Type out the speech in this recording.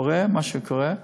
קורה מה שקורה.